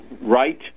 right